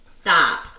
stop